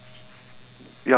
to whi~ to which station